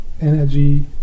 energy